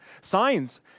signs